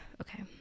Okay